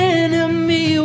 enemy